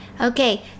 okay